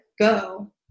go